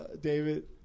David